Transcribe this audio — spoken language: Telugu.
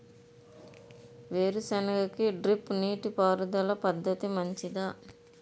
వేరుసెనగ కి డ్రిప్ నీటిపారుదల పద్ధతి మంచిదా?